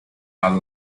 are